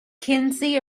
kinsey